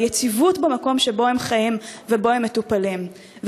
ליציבות במקום שבו הם חיים ובו הם מטופלים.